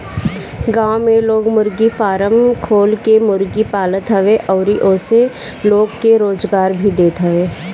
गांव में लोग मुर्गी फारम खोल के मुर्गी पालत हवे अउरी ओसे लोग के रोजगार भी देत हवे